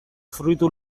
fruitu